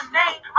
name